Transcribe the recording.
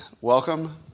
welcome